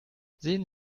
sehen